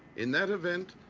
in that event,